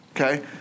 Okay